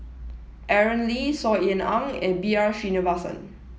Aaron Lee Saw Ean Ang and B R Sreenivasan